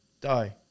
die